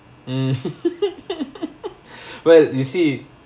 mm well you see